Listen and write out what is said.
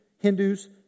Hindus